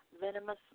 venomous